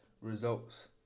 results